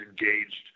engaged